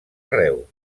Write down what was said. reus